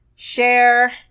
Share